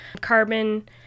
Carbon